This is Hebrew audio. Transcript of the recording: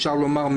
אפשר לומר,